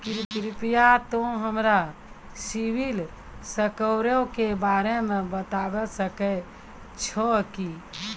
कृपया तोंय हमरा सिविल स्कोरो के बारे मे बताबै सकै छहो कि?